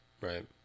right